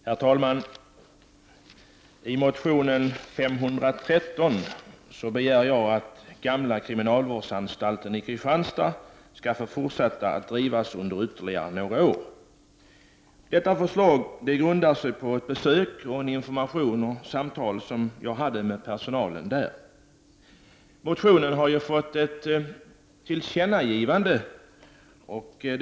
Herr talman! I motion Ju513 begär jag att den gamla kriminalvårdsanstalten i Kristianstad skall få fortsätta med sin verksamhet under ytterligare några år. Detta förslag grundar sig på den information jag fick och de samtal jag förde med personalen vid ett besök där. Utskottet föreslår med anledning av motionen att riksdagen som sin mening bör ge regeringen till känna vad utskottet anfört.